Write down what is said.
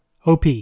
OP